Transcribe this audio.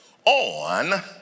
On